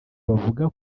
bavuga